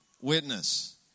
witness